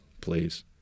Please